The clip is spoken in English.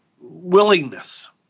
willingness